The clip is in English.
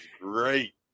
great